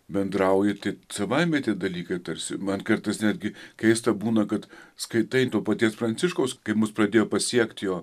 bendrauji tai savaime tie dalykai tarsi man kartais netgi keista būna kad skaitai to paties pranciškaus kai mus pradėjo pasiekt jo